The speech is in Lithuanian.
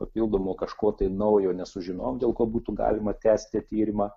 papildomo kažko tai naujo nesužinojom dėl ko būtų galima tęsti tyrimą